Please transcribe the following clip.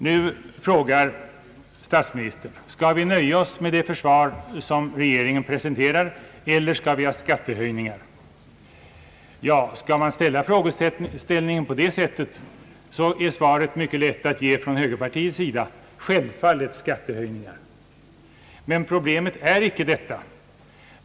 Nu frågar statsministern: »Skall vi nöja oss med det förslag som regeringen presenterar eller skall vi ha skattehöjningar?» Ja, formuleras frågan på det sättet är svaret mycket lätt att ge från högerpartiets sida: Självfallet skattehöjningar! Problemet är emellertid icke detta.